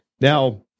Now